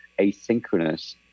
asynchronous